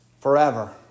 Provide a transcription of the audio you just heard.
forever